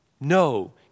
No